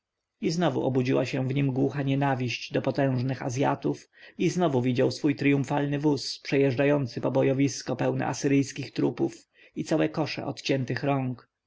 i znowu obudziła się w nim głucha nienawiść do potężnych azjatów i znowu widział swój triumfalny wóz przejeżdżający pobojowisko pełne asyryjskich trupów i całe kosze odciętych rąk